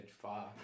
far